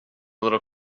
little